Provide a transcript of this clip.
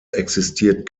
existiert